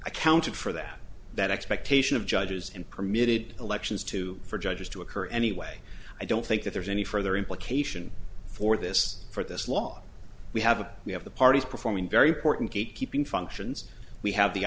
accounted for that that expectation of judges and permitted elections to for judges to occur anyway i don't think that there's any further implication for this for this law we have a we have the parties performing very porton gatekeeping functions we have the